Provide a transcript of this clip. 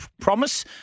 promise